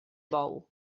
bou